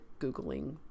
Googling